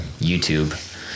YouTube